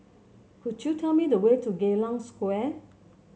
could you tell me the way to Geylang Square